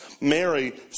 Mary